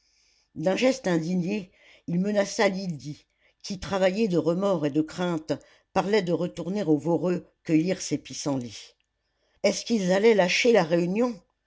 d'un geste indigné il menaça lydie qui travaillée de remords et de crainte parlait de retourner au voreux cueillir ses pissenlits est-ce qu'ils allaient lâcher la réunion